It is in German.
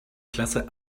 klasse